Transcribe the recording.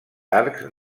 arcs